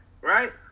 right